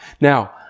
Now